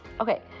Okay